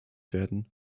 werden